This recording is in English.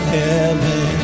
heaven